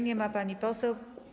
Nie ma pani poseł.